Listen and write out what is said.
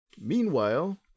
Meanwhile